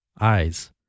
eyes